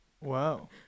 wow